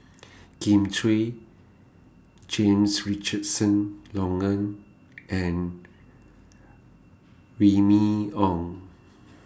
Kin Chui James Richardson Logan and Remy Ong